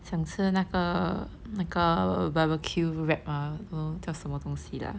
想吃那个那个 barbecue wrap ah 不懂叫什么东西 lah